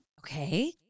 Okay